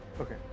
Okay